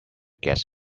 guest